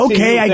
Okay